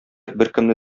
беркемне